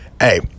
hey